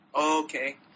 Okay